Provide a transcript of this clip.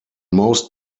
most